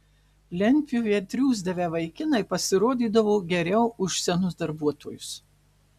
lentpjūvėje triūsdavę vaikinai pasirodydavo geriau už senus darbuotojus